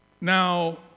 Now